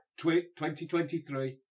2023